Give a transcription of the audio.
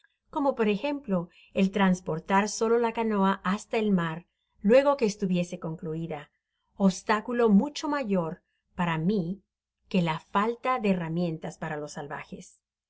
como por ejemplo el transportar solo la canoa hasta el mar luegoque estuviese concluida obstáculo mucho mayor para mi que la falta de herramientas para los salvajes